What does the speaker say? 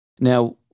Now